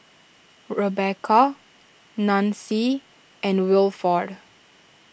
Rebeca Nancie and Wilford